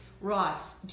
Ross